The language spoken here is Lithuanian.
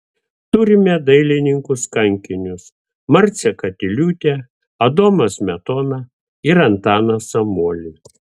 turime dailininkus kankinius marcę katiliūtę adomą smetoną ir antaną samuolį